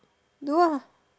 do lah